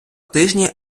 тижні